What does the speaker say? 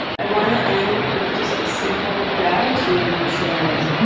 i wanna end with just a simple gratitude sharing.